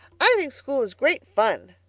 i think school is great fun,